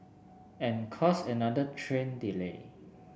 and cause another train delay